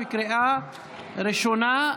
בקריאה ראשונה.